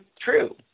true